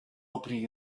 opening